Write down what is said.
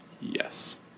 Yes